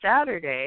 Saturday